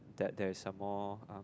that there is a more um